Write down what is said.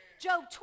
Job